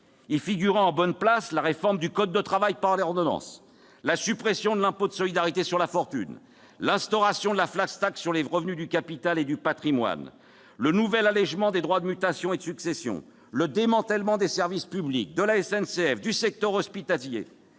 Y figuraient en bonne place la réforme du code du travail par ordonnances, la suppression de l'impôt de solidarité sur la fortune, l'instauration de la sur les revenus du capital et du patrimoine, le nouvel allégement des droits de mutation et de succession, le démantèlement des services publics, de la SNCF et du secteur hospitalier,